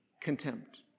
contempt